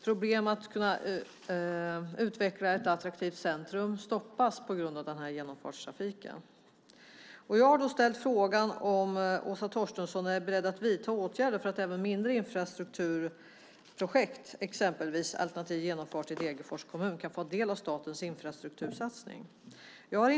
Planer på att kunna utveckla ett attraktivt centrum stoppas på grund av genomfartstrafiken. Jag har ställt frågan om Åsa Torstensson är beredd att vidta åtgärder för att även mindre infrastrukturprojekt, exempelvis alternativ genomfart i Degerfors kommun, kan få del av statens infrastruktursatsningar.